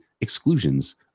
exclusions